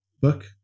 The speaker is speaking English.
book